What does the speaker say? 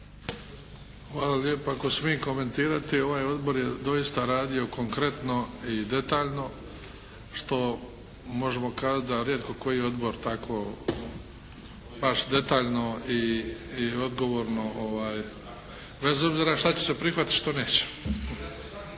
Hvala lijepa. Ako smijem komentirati ovaj odbor je doista radio konkretno i detaljno što možemo kazati da rijetko koji odbor tako baš detaljno i odgovorno, bez obzira što će se prihvatiti a što se neće.